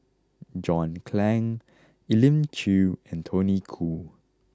John Clang Elim Chew and Tony Khoo